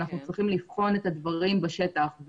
אנחנו צריכים לבחון את הדברים בשטח.